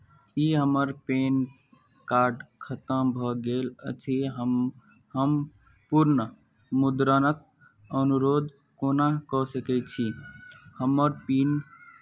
ई हमर PAN card खतम भऽ गेल अछि हम हम पुनर्मुद्रणक अनुरोध कोना कऽ सकै छी हमर पिन